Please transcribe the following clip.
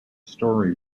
story